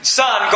son